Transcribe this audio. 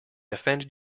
offended